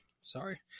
Sorry